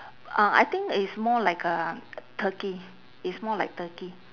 uh I think it's more like uh turkey it's more like turkey